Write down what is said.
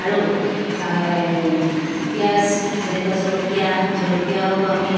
আৰু পিঁয়াজ যেনেকুৱা জলকীয়া জলকীয়াও আমি